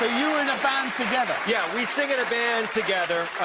ah you were in a band together? yeah, we sing in a band together.